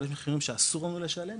אבל יש מחירים שאסור לנו לשלם,